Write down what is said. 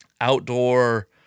outdoor